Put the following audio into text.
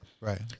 right